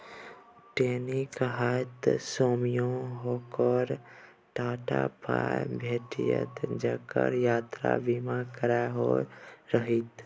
ट्रेनक हादसामे ओकरे टा पाय भेटितै जेकरा यात्रा बीमा कराओल रहितै